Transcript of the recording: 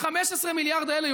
ה-15 מיליארד האלה,